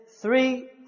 three